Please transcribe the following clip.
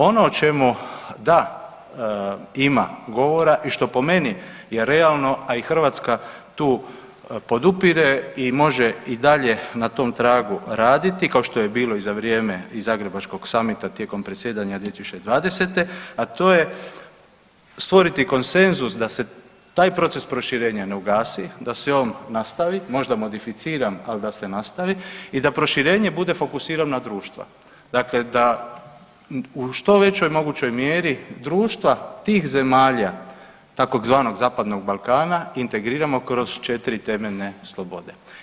Ono o čemu da ima govora i što po meni je realno, a i Hrvatska tu podupire i može i dalje na tom tragu raditi, kao što je bilo i za vrijeme Zagrebačkog summita tijekom predsjedanja 2020., a to je stvoriti konsenzus da se taj proces proširenja ne ugasi, da se on nastavi, možda modificiram, ali da se nastavi i da proširenje bude fokusirano na društva, dakle da u što većoj mogućoj mjeri društva tih zemalja tzv. Zapadnog Balkana integriramo kroz četiri temeljne slobode.